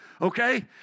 Okay